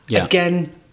again